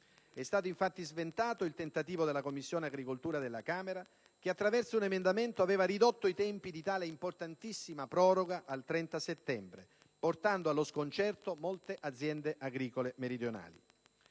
È stato infatti sventato il tentativo della Commissione agricoltura della Camera che, attraverso un emendamento, aveva ridotto i tempi di tale importantissima proroga al 30 settembre, portando allo sconcerto molte aziende agricole meridionali.